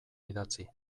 idatzi